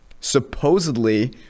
supposedly